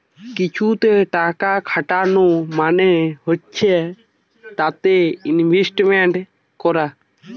কিছুতে টাকা খাটানো মানে হচ্ছে তাতে ইনভেস্টমেন্ট করা